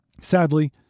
Sadly